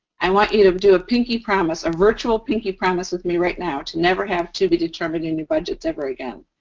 i want you to do a pinky promise, a virtual pinky promise with me right now, to never have to be determined in your budgets ever again.